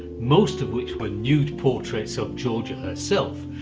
most of which were nude portraits of georgia herself,